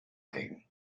thing